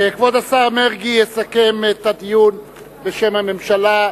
כבוד השר מרגי יסכם את הדיון בשם הממשלה,